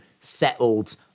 settled